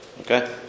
Okay